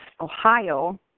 Ohio